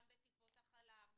גם בטיפות החלב,